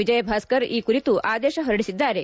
ವಿಜಯಭಾಸ್ಕರ್ ಈ ಕುರಿತು ಆದೇಶ ಹೊರಡಿಸಿದ್ದಾರೆ